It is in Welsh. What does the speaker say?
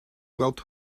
gweld